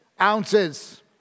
ounces